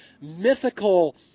mythical